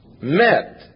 met